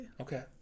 okay